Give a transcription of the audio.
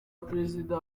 perezida